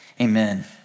amen